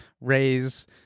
raise